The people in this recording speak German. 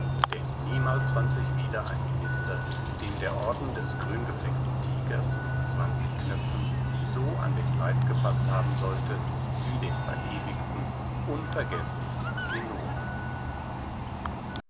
denn niemals fand sich wieder ein minister dem der orden des grüngefleckten tigers mit zwanzig knöpfen so an den leib gepaßt haben sollte wie dem verewigten unvergeßlichen zinnober